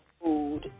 food